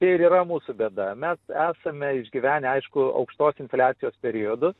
tai ir yra mūsų bėda mes esame išgyvenę aišku aukštos infliacijos periodus